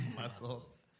Muscles